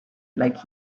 like